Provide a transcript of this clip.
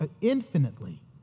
infinitely